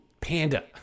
panda